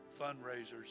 fundraisers